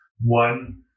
one